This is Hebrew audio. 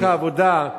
שוק העבודה.